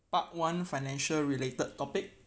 part one financial related topic